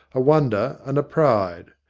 a wonder and a pride.